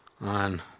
on